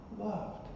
loved